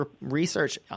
research